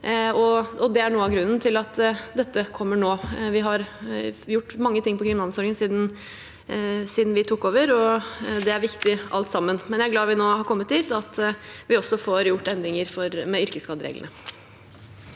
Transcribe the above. Det er noe av grunnen til at dette kommer nå. Vi har gjort mange ting for kriminalomsorgen siden vi tok over, og det er viktig alt sammen, men jeg er glad vi nå har kommet dit at vi også får gjort endringer i yrkesskadereglene.